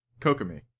Kokomi